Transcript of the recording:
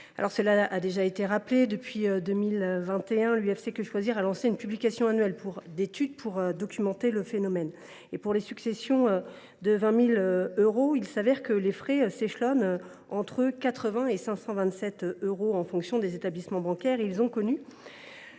les successions. Depuis 2021, l’UFC Que Choisir a lancé la publication annuelle d’études pour documenter le phénomène. Pour les successions de 20 000 euros, il s’avère que ces frais s’échelonnent entre 80 euros et 527 euros en fonction des établissements bancaires et ils ont connu